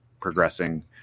progressing